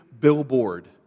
billboard